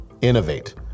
innovate